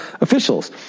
officials